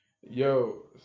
yo